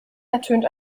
ertönt